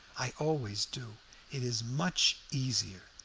i always do it is much easier.